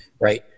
right